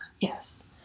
Yes